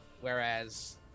whereas